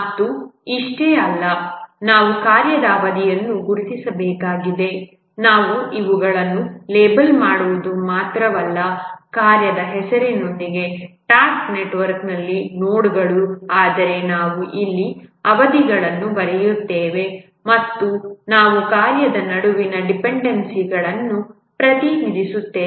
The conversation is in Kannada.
ಮತ್ತು ಅಷ್ಟೇ ಅಲ್ಲ ನಾವು ಕಾರ್ಯದ ಅವಧಿಯನ್ನು ಗುರುತಿಸಬೇಕಾಗಿದೆ ನಾವು ಇವುಗಳನ್ನು ಲೇಬಲ್ ಮಾಡುವುದು ಮಾತ್ರವಲ್ಲ ಕಾರ್ಯದ ಹೆಸರಿನೊಂದಿಗೆ ಟಾಸ್ಕ್ ನೆಟ್ವರ್ಕ್ನಲ್ಲಿ ನೋಡ್ಗಳು ಆದರೆ ನಾವು ಇಲ್ಲಿ ಅವಧಿಗಳನ್ನು ಬರೆಯುತ್ತೇವೆ ಮತ್ತು ನಾವು ಕಾರ್ಯದ ನಡುವಿನ ಡಿಪೆಂಡೆನ್ಸಿಗಳನ್ನು ಪ್ರತಿನಿಧಿಸುತ್ತೇವೆ